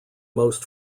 most